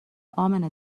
امنه